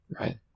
Right